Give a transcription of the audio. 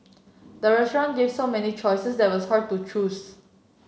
the restaurant gave so many choices that was hard to choose